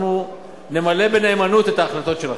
אנחנו נמלא בנאמנות את ההחלטות שלכם.